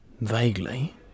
Vaguely